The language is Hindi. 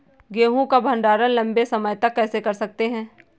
गेहूँ का भण्डारण लंबे समय तक कैसे कर सकते हैं?